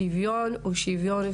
שוויון הוא שוויון.